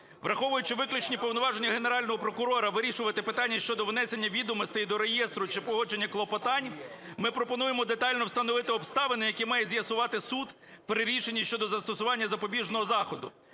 Враховуючи виключні повноваження Генерального прокурора вирішувати питання щодо внесення відомостей до реєстру чи погодження клопотань, ми пропонуємо детально встановити обставини, які має з'ясувати суд при рішенні щодо застосування запобіжного заходу.